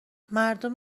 مردم